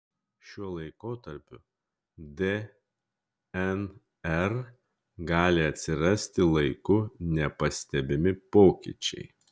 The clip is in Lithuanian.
šiuo laikotarpiu dnr gali atsirasti laiku nepastebimi pokyčiai